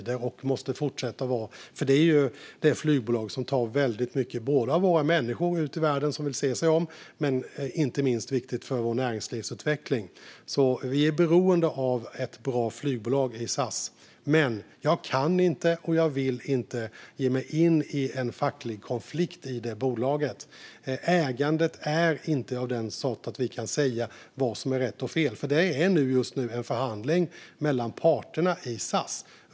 Det måste vi fortsätta att vara eftersom det är det flygbolag som tar många människor ut i världen och inte minst behövs för näringslivets utveckling. Vi är beroende av ett bra flygbolag i SAS. Men jag kan inte, och jag vill inte, ge mig in i en facklig konflikt i det bolaget. Ägandet är inte av den sort att vi kan säga vad som är rätt och fel. Det är just nu en förhandling mellan parterna i SAS.